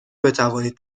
بتوانید